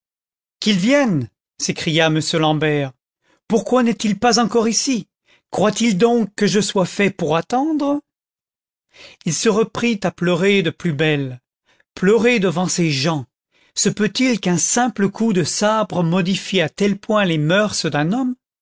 qu'il vienne s'écria m l'ambert pourquoi n'est-il pas encore ici croit-il donc que je sois fait pour attendre il se reprit à pleurer de plus belle pleurer devant ses gens se peut-il qu'un simple coup de sabre modifie à tel point les mœurs d'un homme